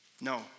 No